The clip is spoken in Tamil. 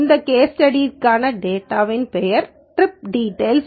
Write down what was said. இந்த கேஸ் ஸ்டடியிற்கான டேட்டா பெயர் trip details